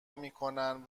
میکنن